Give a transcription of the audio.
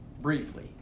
briefly